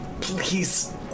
Please